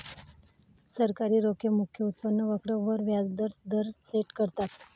सरकारी रोखे मुख्यतः उत्पन्न वक्र वर व्याज दर सेट करतात